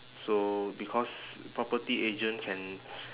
so because property agent can